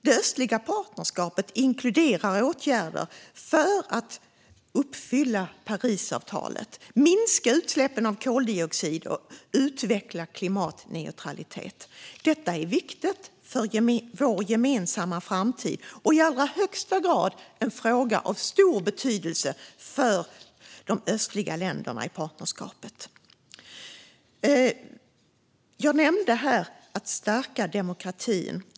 Det östliga partnerskapet inkluderar åtgärder för att uppfylla Parisavtalet, minska utsläppen av koldioxid och utveckla klimatneutralitet. Detta är viktigt för vår gemensamma framtid och i allra högsta grad en fråga av stor betydelse för de östliga länderna i partnerskapet. Jag nämnde syftet att stärka demokratin.